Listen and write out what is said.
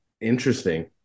interesting